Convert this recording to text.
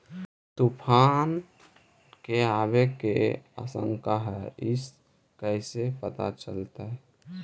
तुफान के आबे के आशंका है इस कैसे पता चलतै?